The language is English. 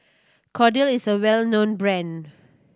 Kordel is a well known brand